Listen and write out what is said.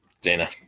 Dana